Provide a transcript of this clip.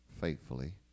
faithfully